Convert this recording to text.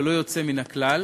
ללא יוצא מן הכלל,